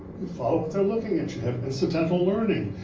you follow what they're looking at. you have incidental learning,